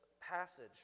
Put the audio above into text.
passage